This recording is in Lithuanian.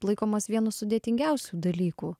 laikomas vienu sudėtingiausių dalykų